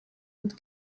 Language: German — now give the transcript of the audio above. und